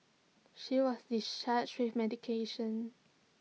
she was discharged with medication